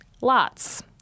Lots